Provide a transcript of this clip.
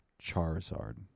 Charizard